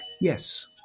Yes